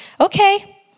Okay